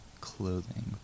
clothing